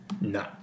No